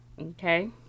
Okay